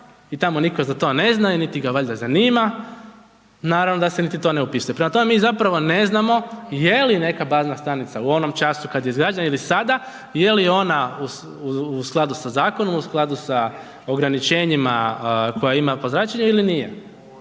i tamo nitko za to ne zna niti ga valjda zanima, naravno da se niti to ne upisuje, prema tome, mi zapravo ne znamo je li neka bazna stanica, u onom času kad je izgrađena ili sada, je li ona u skladu sa zakonom, u skladu sa ograničenjima koje ima po zračenje ili nije.